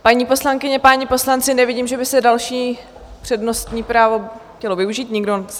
Paní poslankyně, páni poslanci, nevidím, že by se další přednostní právo chtělo využít, nikdo se nehlásí.